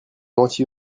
menti